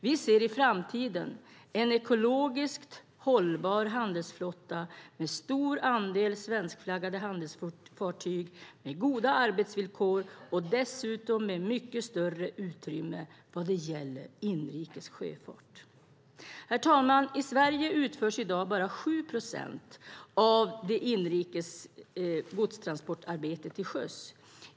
Vi ser i framtiden en ekologiskt hållbar handelsflotta med stor andel svenskflaggade handelsfartyg med goda arbetsvillkor och dessutom med mycket större utrymme vad det gäller inrikes sjöfart. Herr talman! I Sverige sker i dag bara 7 procent av det inrikes godtransportarbetet till sjöss.